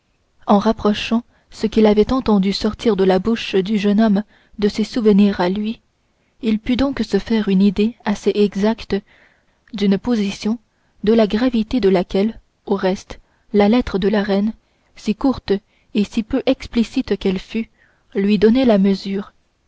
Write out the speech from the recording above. en rapprochant ce qu'il avait entendu sortir de la bouche du jeune homme de ses souvenirs à lui il put donc se faire une idée assez exacte d'une position de la gravité de laquelle au reste la lettre de la reine si courte et si peu explicite qu'elle fût lui donnait la mesure